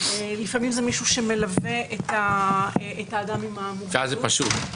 לפעמים זה מישהו שמלווה את האדם עם המוגבלות.